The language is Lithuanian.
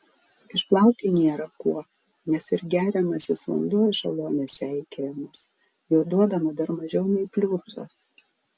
išplauti nėra kuo nes ir geriamasis vanduo ešelone seikėjamas jo duodama dar mažiau nei pliurzos